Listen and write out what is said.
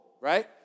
right